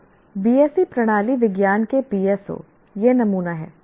अब BSc प्राणी विज्ञान के PSO यह नमूना है